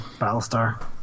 Battlestar